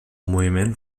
moviment